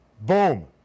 Boom